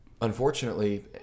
unfortunately